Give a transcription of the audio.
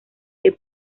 que